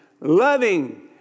loving